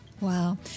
Wow